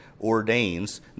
ordains